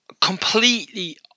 completely